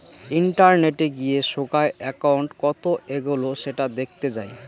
ইন্টারনেটে গিয়ে সোগায় একউন্ট কত এগোলো সেটা দেখতে যাই